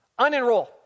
Unenroll